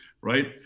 right